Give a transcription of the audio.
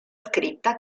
scritta